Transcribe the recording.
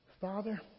Father